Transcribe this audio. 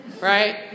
right